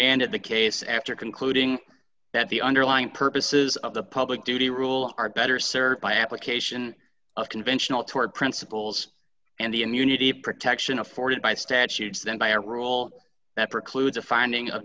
remanded the case after concluding that the underlying purposes of the public duty rule are better served by application of conventional toward principles and the immunity protection afforded by statute then by a rule that precludes a finding of